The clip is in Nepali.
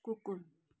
कुकुर